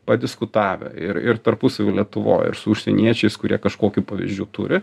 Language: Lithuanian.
padiskutavę ir ir tarpusavy lietuvoj ir su užsieniečiais kurie kažkokių pavyzdžių turi